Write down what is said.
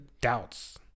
doubts